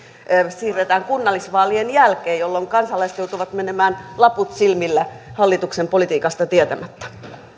siirretään kunnallisvaalien jälkeen jolloin kansalaiset joutuvat menemään laput silmillä hallituksen politiikasta tietämättä